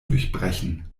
durchbrechen